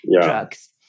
drugs